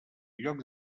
lloc